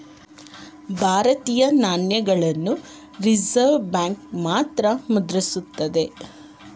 ಭಾರತೀಯ ನಾಣ್ಯಗಳನ್ನ reserve bank ಮಾತ್ರ ಮುದ್ರಿಸುತ್ತದೆ